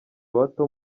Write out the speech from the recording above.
bato